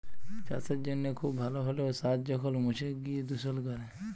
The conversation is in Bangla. চাসের জনহে খুব ভাল হ্যলেও সার যখল মুছে গিয় দুষল ক্যরে